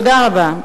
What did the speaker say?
תודה רבה.